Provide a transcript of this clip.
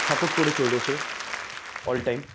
support করে চলেছে all time